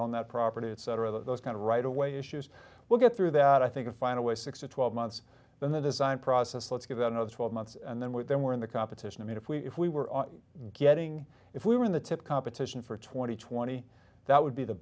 on that property etc those kind of right away issues will get through that i think of find a way six to twelve months then the design process let's give it another twelve months and then with then we're in the competition i mean if we if we were getting if we were in the tip competition for two thousand and twenty that would be the